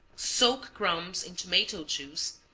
soak crumbs in tomato juice,